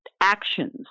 actions